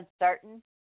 uncertain